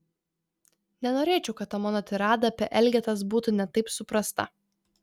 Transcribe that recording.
nenorėčiau kad ta mano tirada apie elgetas būtų ne taip suprasta